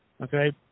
Okay